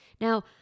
Now